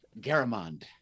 garamond